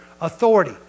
authority